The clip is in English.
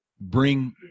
bring